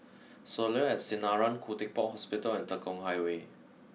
Soleil at Sinaran Khoo Teck Puat Hospital and Tekong Highway